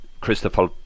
Christopher